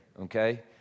Okay